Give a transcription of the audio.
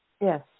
Yes